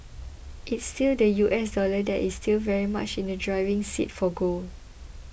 it's still the U S dollar that is still very much in the driving seat for gold